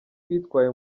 twitwaye